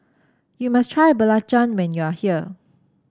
you must try belacan when you are here